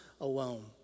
alone